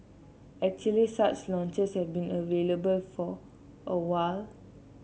actually such lounges have been available for a while